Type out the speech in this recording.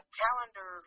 calendar